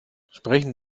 sprechen